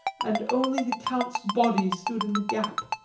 and only the count's body stood in the gap.